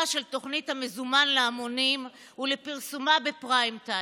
של תוכנית המזומן להמונים ולפרסומה בפריים טיים: